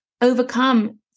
overcome